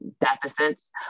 deficits